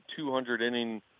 200-inning